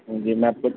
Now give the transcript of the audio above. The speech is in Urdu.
جی میں آپ کو